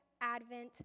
Advent